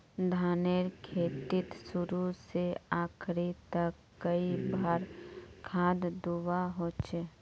धानेर खेतीत शुरू से आखरी तक कई बार खाद दुबा होचए?